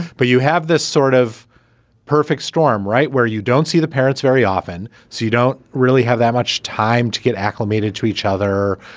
but you have this sort of perfect storm, right, where you don't see the parents very often. so you don't really have that much time to get acclimated to each other.